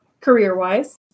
career-wise